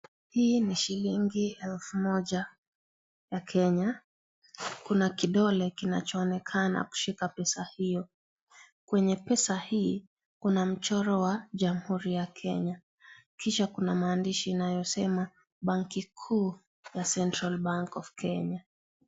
Hii ni shillingi elfu moja ya Kenya. Kuna kidole kinachoonekana kushika pesa hiyo. Kwenye pesa hii, kuna michoro wa jamhuri ya kenya ,kisha Kuna maandishi yanasema, bangi kuu ya cs (central bank of Kenya)